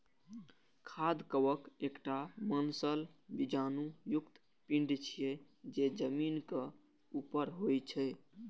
खाद्य कवक एकटा मांसल बीजाणु युक्त पिंड छियै, जे जमीनक ऊपर होइ छै